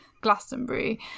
Glastonbury